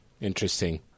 Interesting